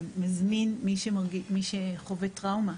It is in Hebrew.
שמזמין את מי שחווה טראומה,